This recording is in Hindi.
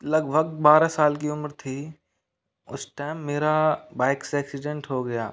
लगभग बारह साल की उम्र थी उस टाइम मेरा बाइक से एक्सीडेंट हो गया